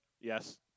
Yes